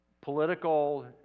political